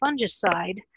fungicide